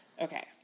Okay